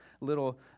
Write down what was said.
little